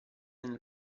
nel